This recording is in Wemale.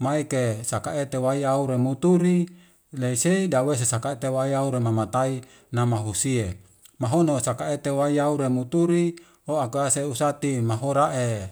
Maike saka ete wai yaure muturi leise dawese sake ete waiyaure mamatai namahusie mahono sakete wai yaure muturi oakese usati mahore'e